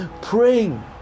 praying